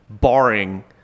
barring